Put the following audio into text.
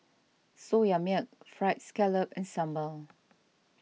Soya Milk Fried Scallop and Sambal